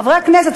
חברי הכנסת,